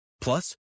Plus